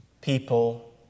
people